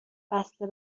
بسته